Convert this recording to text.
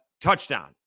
touchdown